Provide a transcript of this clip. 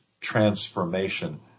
transformation